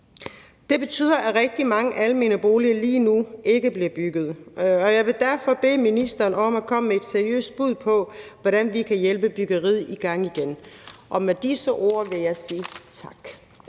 Det betyder, at rigtig mange almene boliger lige nu ikke bliver bygget, og jeg vil derfor bede ministeren om at komme med et seriøst bud på, hvordan vi kan hjælpe byggeriet i gang igen. Med disse ord vil sige jeg tak.